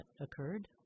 occurred